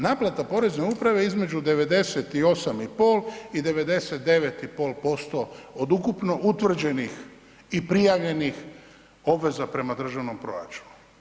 Naplata Porezne uprave je između 98,5 i 99,5% od ukupno utvrđenih i prijavljenih obveza prema državnom proračunu.